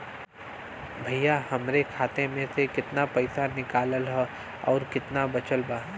भईया हमरे खाता मे से कितना पइसा निकालल ह अउर कितना बचल बा?